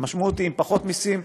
המשמעות היא עם פחות מסים,